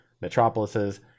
metropolises